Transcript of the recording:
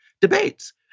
debates